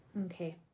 Okay